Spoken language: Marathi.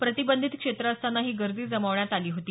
प्रतिबंधित क्षेत्र असताना ही गर्दी जमवण्यात आली होती